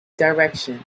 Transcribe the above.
direction